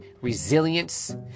resilience